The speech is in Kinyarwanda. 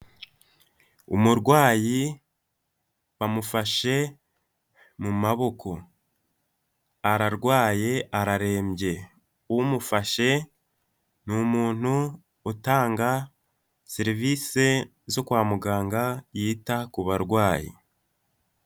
Umurwayi bamufashe mu maboko, ararwaye, ararembye, umufashe ni umuntu utanga serivisi zo kwa muganga, yita ku barwayi.